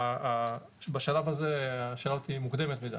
בשלב הזה השאלה הזאת מוקדמת מדי.